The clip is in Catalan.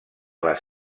les